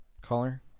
caller